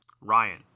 Ryan